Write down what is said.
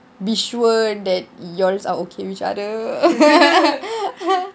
be sure that yours are okay with each other